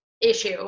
issue